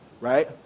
right